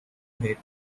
hit